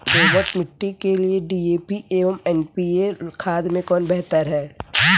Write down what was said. दोमट मिट्टी के लिए डी.ए.पी एवं एन.पी.के खाद में कौन बेहतर है?